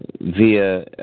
via